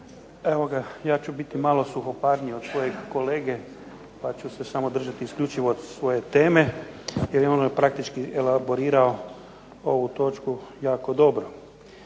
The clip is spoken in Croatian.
evo ga ja ću biti malo suhoparniji od svojeg kolege, pa ću se samo držati isključivo svoje teme, jer je on praktički elaborirao ovu točku jako dobro.